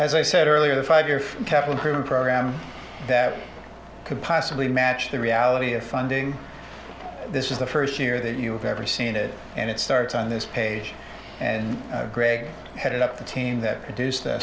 as i said earlier the five year from capital who program that could possibly match the reality of funding this is the first year that you've ever seen it and it starts on this page and greg headed up the team that produce